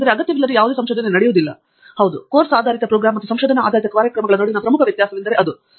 professor Andrew Thangaraj ಹೌದು course ಆಧಾರಿತ program ಮತ್ತು ಸಂಶೋಧನಾ ಆಧಾರಿತ ಕಾರ್ಯಕ್ರಮಗಳ ನಡುವಿನ ಪ್ರಮುಖ ವ್ಯತ್ಯಾಸವೆಂದರೆ ಅದು